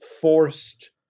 forced